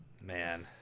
Man